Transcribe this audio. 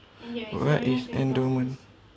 what is endowment